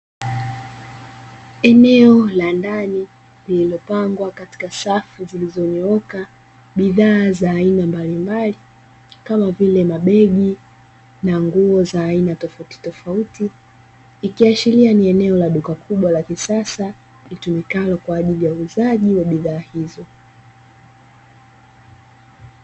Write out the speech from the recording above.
Eneo la ndani lililopangwa katika safu zilizonyooka bidhaa za aina mbalimbali kama vile mabegi na nguo za aina tofautin tofauti, ikiashiria ni eneo la duka kubwa la kisasa litumikalo kwa ajili uuzaji wa bidhaa hizo.